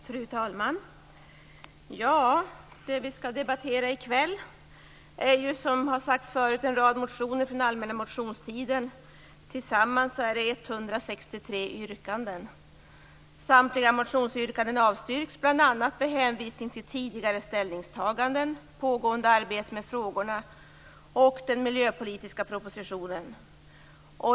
Fru talman! Det som vi skall debattera i kväll är ju, som har sagts tidigare, en rad motioner från allmänna motionstiden med tillsammans 163 yrkanden. Samtliga motionsyrkanden avstyrks, bl.a. med hänvisning till tidigare ställningstaganden, pågående arbete med frågorna och den miljöpolitiska propositionen.